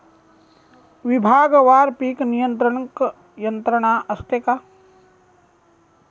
विभागवार पीक नियंत्रण यंत्रणा असते का?